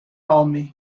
home